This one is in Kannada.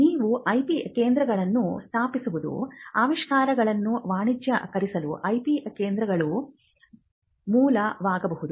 ನೀವು IP ಕೇಂದ್ರಗಳನ್ನು ಸ್ಥಾಪಿಸುವುದು ಆವಿಷ್ಕಾರಗಳನ್ನು ವಾಣಿಜ್ಯೀಕರಿಸಲು IP ಕೇಂದ್ರಗಳು ಮೂಲವಾಗಬಹುದು